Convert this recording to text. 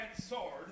sword